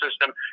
system